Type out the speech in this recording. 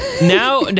now